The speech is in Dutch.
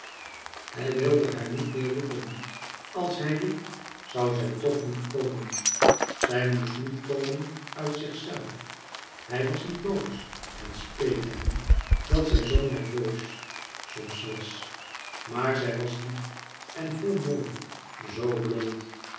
hij wilde haar niet meer roepen als hij riep zou zij toch niet komen zij moest nu komen uit zichzelf hij was niet boos het speet hem dat zij zoo nerveus soms was maar zij was lief en heel mooi zoo blond